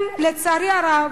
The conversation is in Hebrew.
הם, לצערי הרב,